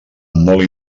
molt